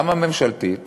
גם הממשלתית